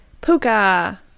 Puka